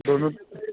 दोनूच